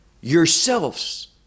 yourselves